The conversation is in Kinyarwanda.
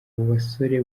basore